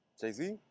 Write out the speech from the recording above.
Jay-Z